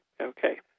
Okay